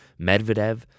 Medvedev